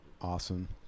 awesome